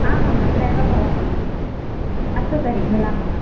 आम् आम् अत्रैव भवामि अस्तु तर्हि मिलामः